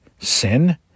sin